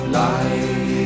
life